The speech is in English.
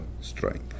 strength